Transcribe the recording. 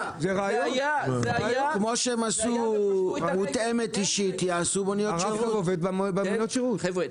אם המעביד יודע שנהג האוטובוס צריך בסיום העבודה